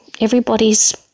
everybody's